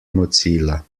mozilla